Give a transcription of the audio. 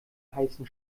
heißen